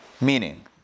meaning